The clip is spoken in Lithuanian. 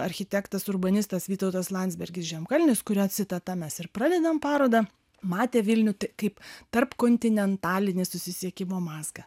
architektas urbanistas vytautas landsbergis žemkalnis kurio citata mes ir pradedam parodą matė vilnių kaip tarpkontinentalinį susisiekimo mazgą